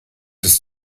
ist